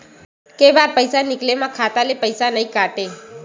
के बार पईसा निकले मा खाता ले पईसा नई काटे?